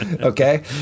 Okay